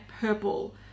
purple